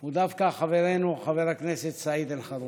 הוא דווקא חברנו חבר הכנסת סעיד אלחרומי.